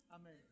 Amen